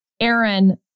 Aaron